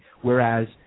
Whereas